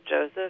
Joseph